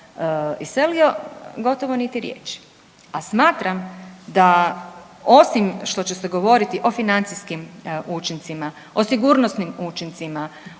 iselio, gotovo niti riječi, a smatram da, osim što će se govoriti o financijskim učincima, o sigurnosnim učincima,